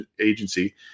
agency